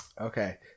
Okay